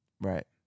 Right